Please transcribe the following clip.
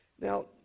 now